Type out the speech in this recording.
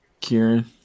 Kieran